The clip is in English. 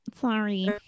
sorry